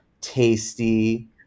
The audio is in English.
tasty